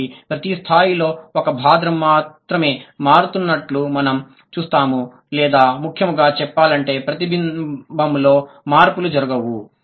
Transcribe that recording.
కాబట్టి ప్రతి స్థాయిలో ఒక భాగం మాత్రమే మారుతున్నట్లు మనం చూస్తాము లేదా ముఖ్యంగా చెప్పాలంటే ప్రతిబింబంలో మార్పులు జరగవు